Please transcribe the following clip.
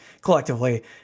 collectively